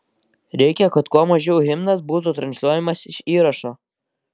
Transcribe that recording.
reikia kad kuo mažiau himnas būtų transliuojamas iš įrašo